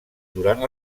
durant